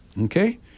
Okay